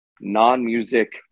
non-music